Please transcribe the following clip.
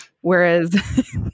Whereas